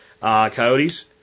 coyotes